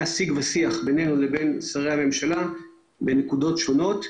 שיג ושיח בינינו לבין שרי הממשלה בנקודות שונות.